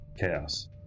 Chaos